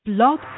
Blog